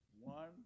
One